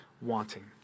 wanting